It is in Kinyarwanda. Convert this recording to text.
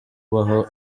ubaho